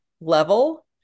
level